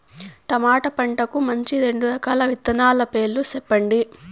tomato పంటకు మంచి రెండు రకాల విత్తనాల పేర్లు సెప్పండి